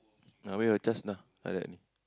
ah where your C_H_A_S nah like that